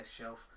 shelf